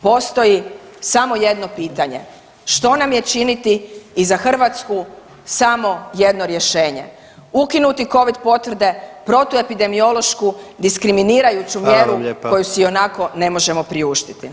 Postoji samo jedno pitanje, što nam je činiti i za Hrvatsku samo jedno rješenje, ukinuti covid potvrde, protuepidemiološku diskriminirajuću mjeru koju si ionako ne možemo priuštiti.